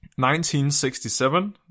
1967